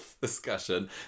discussion